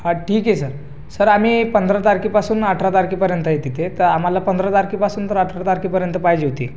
हां ठीक आहे सर आम्ही पंधरा तारखेपासून अठरा तारखेपर्यंत आहे तिथे तर आम्हाला पंधरा तारखेपासून तर अठरा तारखेपर्यंत पाहिजे होती